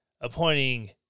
appointing